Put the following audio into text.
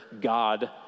God